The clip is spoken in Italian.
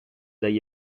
dagli